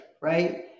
right